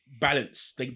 Balance